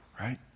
right